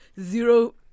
zero